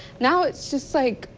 now, it's just like.